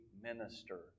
minister